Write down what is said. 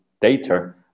data